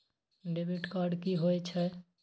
Debit card की होय छे?